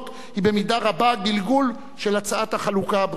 היא במידה רבה גלגול של הצעת החלוקה הבריטית.